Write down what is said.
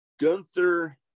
Gunther